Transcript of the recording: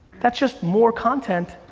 that's just more content,